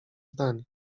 zdań